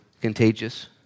contagious